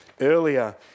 Earlier